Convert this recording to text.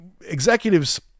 executives